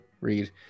read